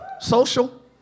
social